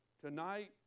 Tonight